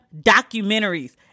documentaries